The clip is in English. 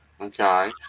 Okay